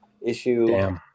issue